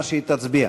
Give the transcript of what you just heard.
מה שהיא תצביע.